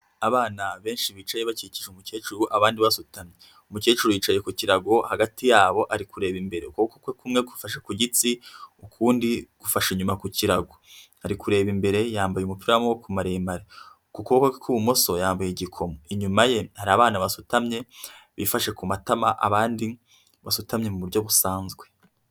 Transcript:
Abana benshi bicaye bakikije umukecuru abandi basutamye, umukecuru yicaye ku kirago hagati yabo ari kureba imbere, ukuboko kwe kumwe gufashe ku gitsi ukundi gufashe inyuma ku kirago, ari kureba imbere, yambaye umupira w'amaboko maremare, ku kuboko kwe kw'ibumoso yambaye igikomo. inyuma ye hari abana basutamye bifashe ku matama, abandi basutamye mu buryo busanzwe.